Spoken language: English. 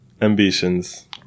ambitions